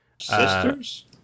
Sisters